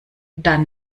dann